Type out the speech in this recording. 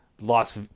Los